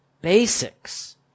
basics